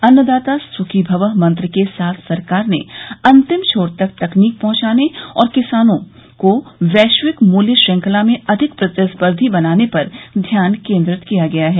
अन्नदाता सुखी भवः मंत्र के साथ सरकार ने अंतिम छोर तक तकनीक पहुंचाने और किसानों को वैश्विक मूल्य श्रृंखला में अधिक प्रतिर्द्धा बनाने पर ध्यान केन्द्रीय किया है